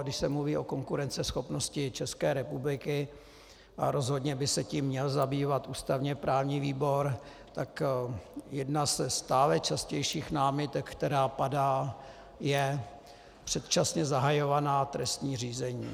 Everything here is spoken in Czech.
Když se mluví o konkurenceschopnosti České republiky, a rozhodně by se tím měl zabývat ústavněprávní výbor, tak jedna ze stále častějších námitek, která padá, jsou předčasně zahajovaná trestní řízení.